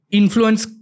influence